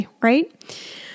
right